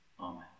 Amen